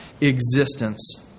existence